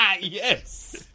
Yes